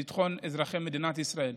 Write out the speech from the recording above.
ביטחון אזרחי מדינת ישראל,